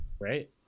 Right